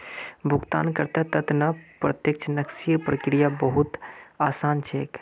भुगतानकर्तार त न प्रत्यक्ष निकासीर प्रक्रिया बहु त आसान छेक